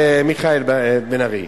מיכאל בן-ארי,